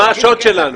מה השוט שלנו?